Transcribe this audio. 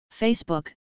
Facebook